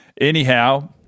Anyhow